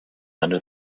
under